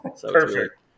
Perfect